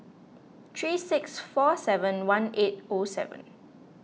three six four seven one eight O seven